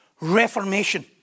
reformation